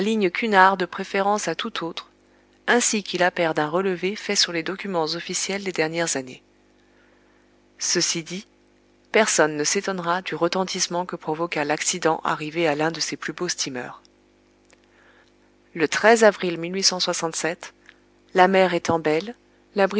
ligne cunard de préférence à toute autre ainsi qu'il appert d'un relevé fait sur les documents officiels des dernières années ceci dit personne ne s'étonnera du retentissement que provoqua l'accident arrivé à l'un de ses plus beaux steamers le avril la mer étant belle